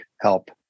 help